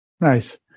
Nice